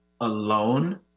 alone